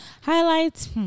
Highlights